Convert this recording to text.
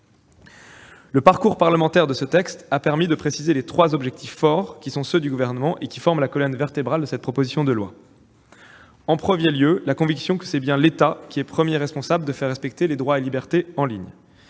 Le parcours parlementaire de ce texte a permis de préciser les trois objectifs forts qui sont ceux du Gouvernement et qui forment la colonne vertébrale de cette proposition de loi. Tout d'abord, la conviction que c'est bien l'État qui est le premier responsable pour faire respecter les droits et libertés en ligne.